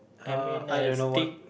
I mean uh steak